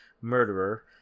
murderer